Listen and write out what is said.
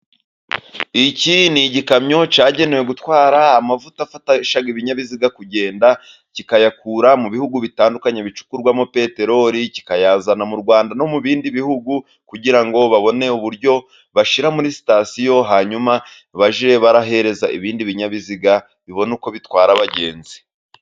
Iki ni igikamyo cyagenewe gutwara amavuta afasha ibinyabiziga kugenda, kiyakura mu bihugu bitandukanye bicukurwamo peteroli, kikayazana mu Rwanda no mu bindi bihugu, kugira ngo babone uburyo bashyira muri sitasiyo, hanyuma bajye bahereza ibindi binyabiziga bijye bibona uko bitwara abagenzi.